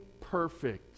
perfect